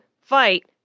fight